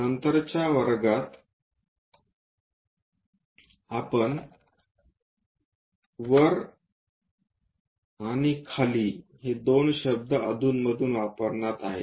नंतरच्या वर्गात आपण वर आणि खाली हे दोन शब्द अधूनमधून वापरणार आहोत